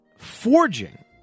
Forging